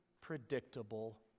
predictable